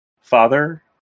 father